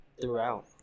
throughout